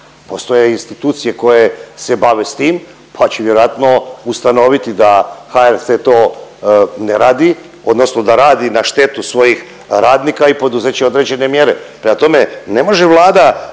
Postoje institucije koje se bave s tim, pa će vjerojatno ustanoviti da HRT to ne radi odnosno da radi na štetu svojih radnika i poduzet će određene mjere. Prema tome, ne može Vlada